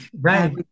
Right